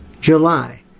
July